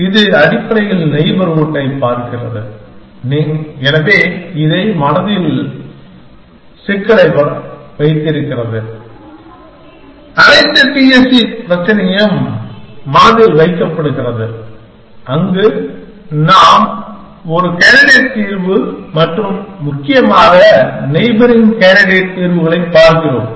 எனவே இது அடிப்படையில் நெய்பர்ஹூட்டைப் பார்க்கிறது எனவே இதை சிக்கலை மனதில் வைத்திருக்கிறது அனைத்து டிஎஸ்சி பிரச்சனையும் மனதில் வைக்கப்படுகிறது அங்கு நாம் ஒரு கேண்டிடேட் தீர்வு மற்றும் முக்கியமாக நெய்பெரிங் கேண்டிடேட் தீர்வுகளைப் பார்க்கிறோம்